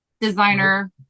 designer